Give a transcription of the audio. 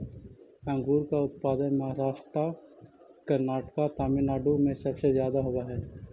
अंगूर का उत्पादन महाराष्ट्र, कर्नाटक, तमिलनाडु में सबसे ज्यादा होवअ हई